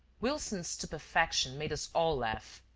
wilson's stupefaction made us all laugh.